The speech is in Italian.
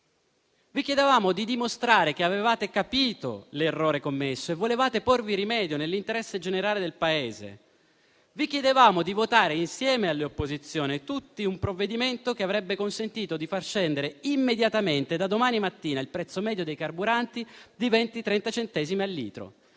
di stupirci, di dimostrare che avevate capito l'errore commesso e volevate porvi rimedio nell'interesse generale del Paese. Vi chiedevamo di votare, insieme alle opposizioni, tutti, un provvedimento che avrebbe consentito di far scendere subito, immediatamente, da domani mattina, il prezzo medio dei carburanti di 20-30 centesimi al litro.